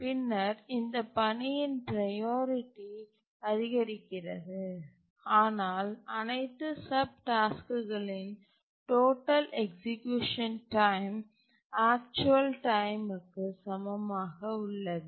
பின்னர் இந்த பணியின் ப்ரையாரிட்டி அதிகரிக்கிறது ஆனால் அனைத்து சப் டாஸ்க்களின் டோட்டல் எக்சீக்யூசன் டைம் ஆக்சுவல் டைமிக்கு சமமாக உள்ளது